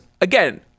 Again